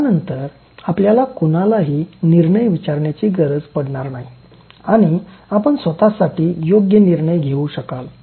त्यानंतर आपल्याला कुणालाही निर्णय विचारण्याची गरज पडणार नाही आणि आपण स्वतःसाठी योग्य निर्णय घेऊ शकाल